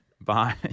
Bye